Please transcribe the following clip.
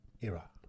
era